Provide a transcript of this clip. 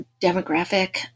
demographic